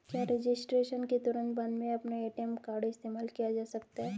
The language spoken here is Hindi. क्या रजिस्ट्रेशन के तुरंत बाद में अपना ए.टी.एम कार्ड इस्तेमाल किया जा सकता है?